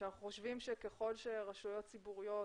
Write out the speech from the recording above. שככל שרשויות ציבוריות,